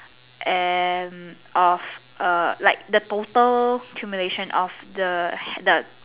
and of a like the total culmination of the the